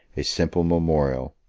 a simple memorial,